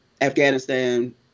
Afghanistan